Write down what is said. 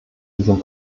diesem